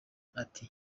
ati